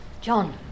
John